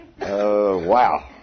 Wow